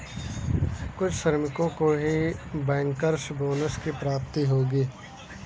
कुछ श्रमिकों को ही बैंकर्स बोनस की प्राप्ति होगी